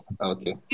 Okay